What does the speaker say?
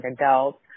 adults